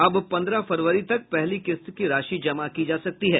अब पन्द्रह फरवरी तक पहली किस्त की राशि जमा की जा सकती है